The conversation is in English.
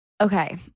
Okay